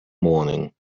morning